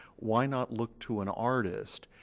why not look to an artist,